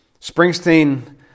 Springsteen